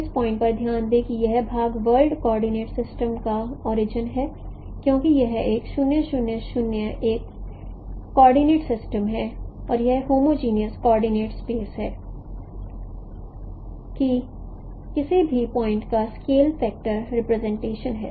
इस पॉइंट पर ध्यान दें कि यह भाग वर्ल्ड कोऑर्डिनेट सिस्टम का ओरिजिन है क्योंकि यह एक 0 0 0 एक कॉर्डिनेट सिस्टम है और यह होमोजनियस कोऑर्डिनेट स्पेस में किसी भी पॉइंट का स्केल फैक्टर रिप्रेजेंटेशन है